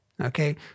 okay